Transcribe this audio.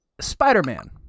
Spider-Man